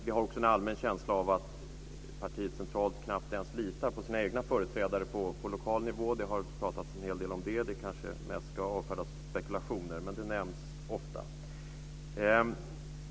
Jag har också en allmän känsla att partiet centralt knappt ens litar på sina egna företrädare på lokal nivå. Det har pratats en hel del om det. Det ska kanske mest avfärdas som spekulationer, men det nämns ofta.